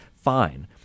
Fine